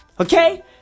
Okay